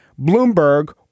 Bloomberg